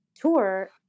Tour